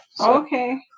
Okay